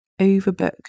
overbook